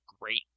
Great